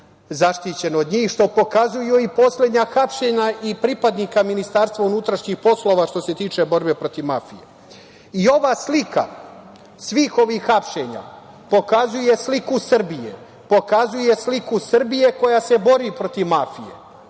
zaštićen od njih, što pokazuju i poslednja hapšenja i pripadnika MUP što se tiče borbe protiv mafije. Ova slika svih ovih hapšenja pokazuje sliku Srbije, pokazuje sliku Srbije koja se bori protiv mafije.